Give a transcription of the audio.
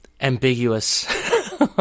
ambiguous